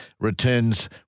returns